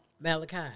Malachi